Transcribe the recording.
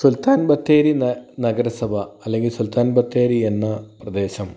സുൽത്താൻ ബത്തേരി എന്ന നഗരസഭ അല്ലെങ്കില് സുൽത്താൻ ബത്തേരി എന്ന പ്രദേശം